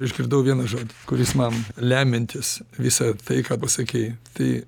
išgirdau vieną žodį kuris man lemiantis visą tai ką pasakei tai